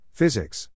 Physics